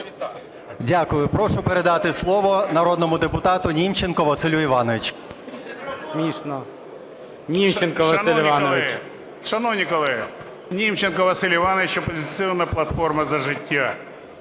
Дякую. Прошу передати слово народному депутату Німченку Василю Івановичу.